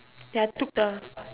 then I took the